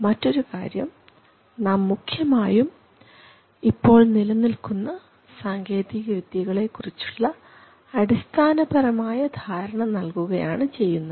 മറ്റൊരു കാര്യം നാം മുഖ്യമായും ഇപ്പോൾ നിലനിൽക്കുന്ന സാങ്കേതികവിദ്യകളെകുറിച്ചുള്ള അടിസ്ഥാനപരമായ ധാരണ നൽകുകയാണ് ചെയ്യുന്നത്